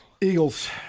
Eagles